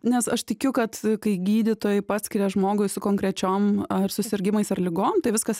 nes aš tikiu kad kai gydytojai paskiria žmogui su konkrečiom ar susirgimais ar ligom tai viskas